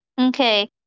Okay